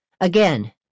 Again